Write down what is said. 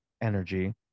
energy